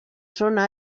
zona